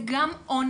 זה גם און-ליין,